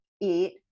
eat